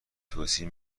توصیه